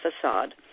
Facade